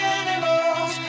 animals